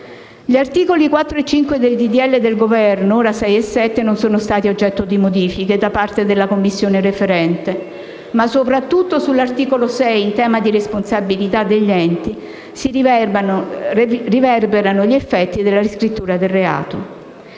Gli articoli 4 e 5 del disegno di legge del Governo, ora articoli 6 e 7, non sono stati oggetto di modifiche da parte della commissione referente, ma soprattutto sull'articolo 6, in tema di responsabilità degli enti, si riverberano gli effetti della riscrittura del reato.